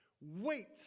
Wait